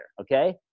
okay